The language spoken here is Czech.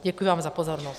Děkuji vám za pozornost.